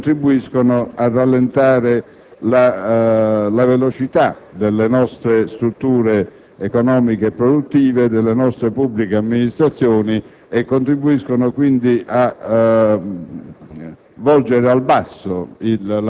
e che certamente contribuiscono a rallentare l'azione delle nostre strutture economiche e produttive e delle nostre pubbliche amministrazioni, e contribuiscono quindi a